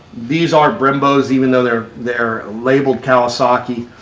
these are brembos, even though they're they're labeled kawasaki.